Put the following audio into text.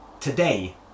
today